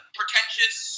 pretentious